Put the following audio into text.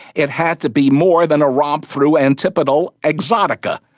it had to be more than a romp through antipodal exotica.